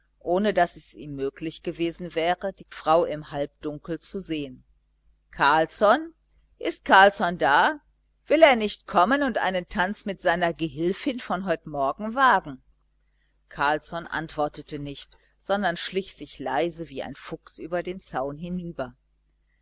ohne daß es ihm möglich gewesen wäre die frau im halbdunkel zu sehen carlsson ist carlsson da will er nicht kommen und einen tanz mit seiner gehilfin von heut morgen wagen carlsson antwortete nicht sondern schlich sich leise wie ein fuchs über den zaun hinüber